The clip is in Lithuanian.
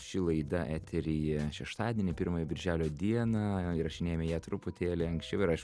ši laida eteryje šeštadienį pirmąją birželio dieną įrašinėjame ją truputėlį anksčiau ir aš